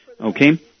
Okay